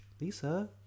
Lisa